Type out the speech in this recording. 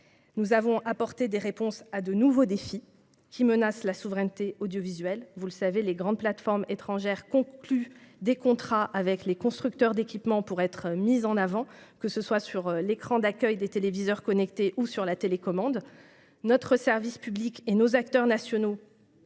Nous avons apporté des réponses à de nouveaux défis qui menacent la souveraineté audiovisuelle. Vous le savez, les grandes plateformes étrangères concluent des contrats avec les constructeurs d'équipements pour être mises en avant, que ce soit sur l'écran d'accueil des téléviseurs connectés ou sur la télécommande. Notre service public et nos acteurs nationaux,